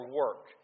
work